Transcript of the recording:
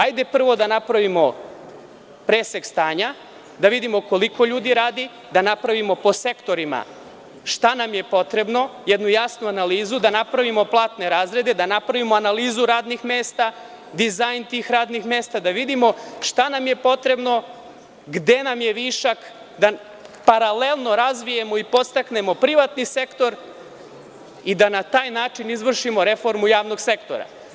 Hajde prvo da napravimo presek stanja, da vidimo koliko ljudi radi, da napravimo po sektorima šta nam je potrebno, jednu jasnu analizu, da napravimo platne razrede, napravimo analizu radnih mesta, dizajn tih radnih mesta, da vidimo šta nam je potrebno, gde nam je višak, da paralelno razvijemo i podstaknemo privatni sektor i da na taj način izvršimo reformu javnog sektora.